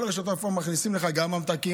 כל רשתות הפארם מכניסות לך גם ממתקים,